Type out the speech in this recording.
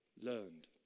learned